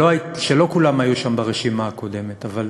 שלא כולם היו שם ברשימה הקודמת, אבל